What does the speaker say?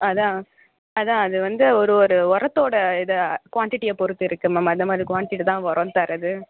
அதான் அதான் அது வந்து ஒரு ஒரு உரத்தோட இது குவான்டிட்டியை பொறுத்து இருக்குது மேம் அந்த மாதிரி குவான்டிட்டியில் தான் உரம் தரது